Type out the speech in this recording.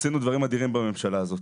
עשינו דברים מדהימים בממשלה הזאת,